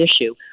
issue